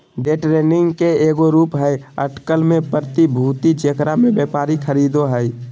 day trading के एगो रूप हइ अटकल में प्रतिभूति जेकरा में व्यापारी खरीदो हइ